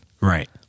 Right